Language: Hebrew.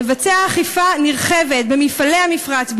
לבצע אכיפה נרחבת במפעלי המפרץ,